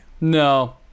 no